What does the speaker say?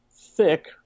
thick